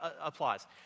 applause